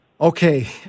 Okay